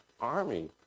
army